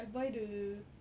I buy the